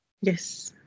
Yes